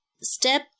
step